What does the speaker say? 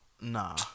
Nah